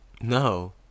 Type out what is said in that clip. No